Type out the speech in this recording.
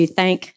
thank